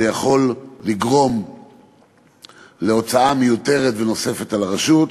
זה יכול לגרום להוצאה מיותרת ונוספת על הרשות.